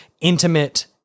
intimate